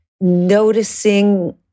noticing